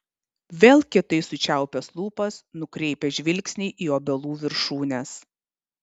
vėl kietai sučiaupęs lūpas nukreipia žvilgsnį į obelų viršūnes